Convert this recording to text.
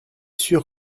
sûre